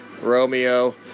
Romeo